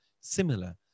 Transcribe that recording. similar